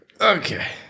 Okay